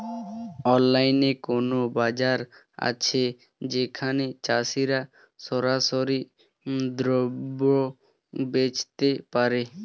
অনলাইনে কোনো বাজার আছে যেখানে চাষিরা সরাসরি দ্রব্য বেচতে পারে?